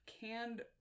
canned